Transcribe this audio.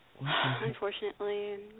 Unfortunately